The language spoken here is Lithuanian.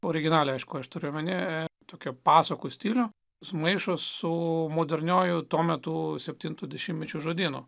originalią aišku aš turiu omenyje tokių pasakų stilių sumaišo su moderniuoju tuo metu septinto dešimtmečio žodyno